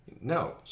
No